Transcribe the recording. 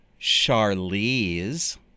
Charlize